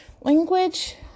Language